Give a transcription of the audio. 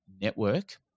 network